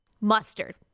mustard